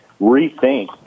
rethink